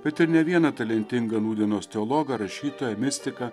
bet ir ne vieną talentingą nūdienos teologą rašytoją mistiką